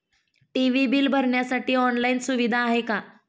TV bill भरण्यासाठी online सुविधा आहे का?